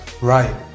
Right